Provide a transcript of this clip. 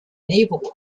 naval